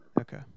Okay